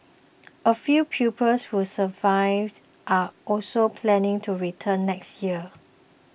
a few pupils who survived are also planning to return next year